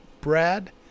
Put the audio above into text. Brad